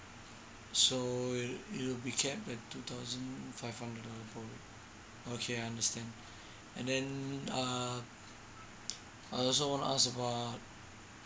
so it'll it'll be capped at two thousand five hundred dollar okay I understand and then err I also want to ask about